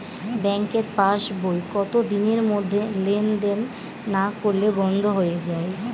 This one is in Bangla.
ব্যাঙ্কের পাস বই কত দিনের মধ্যে লেন দেন না করলে বন্ধ হয়ে য়ায়?